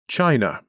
China